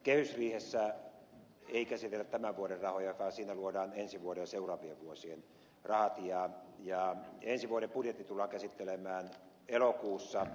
kehysriihessä ei käsitellä tämän vuoden rahoja vaan siinä luodaan ensi vuoden ja seuraavien vuosien rahat ja ensi vuoden budjetti tullaan käsittelemään elokuussa